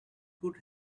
could